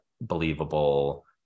believable